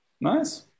Nice